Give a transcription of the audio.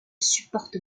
supporte